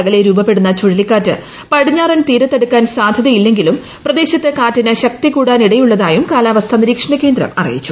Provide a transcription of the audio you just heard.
അകലെ രൂപപ്പെടുന്ന ചുഴലിക്കാറ്റ് പടിഞ്ഞാട്ടൻ തീരത്തടുക്കാൻ സാധൃതയില്ലെങ്കിലും പ്രദേശത്ത് കാറ്റിന് ശ്ക്തി കൂടാനിടയുള്ളതായും കാലാവസ്ഥാ നിരീക്ഷണ കേന്ദ്രം അറിയിച്ചു